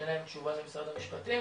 שאין להם תשובה ממשרד המשפטים,